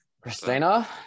Christina